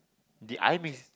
did I mix